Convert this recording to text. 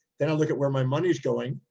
then i look at where my money is going.